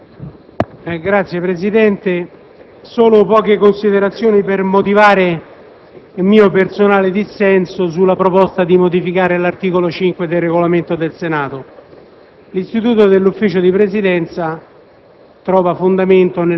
Signor Presidente, farò solo poche considerazioni per motivare il mio personale dissenso sulla proposta di modificare l'articolo 5 del Regolamento del Senato. L'istituto del Consiglio di Presidenza